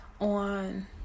on